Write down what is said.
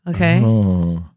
Okay